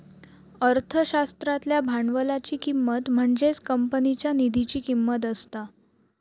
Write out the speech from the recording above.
अर्थशास्त्रातल्या भांडवलाची किंमत म्हणजेच कंपनीच्या निधीची किंमत असता